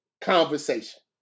conversation